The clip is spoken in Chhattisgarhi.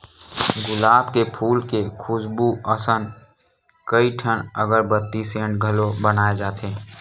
गुलाब के फूल के खुसबू असन कइठन अगरबत्ती, सेंट घलो बनाए जाथे